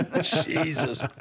Jesus